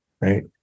right